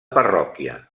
parròquia